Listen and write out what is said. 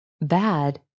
Bad